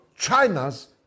China's